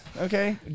okay